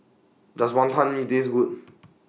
Does Wantan Mee Taste Good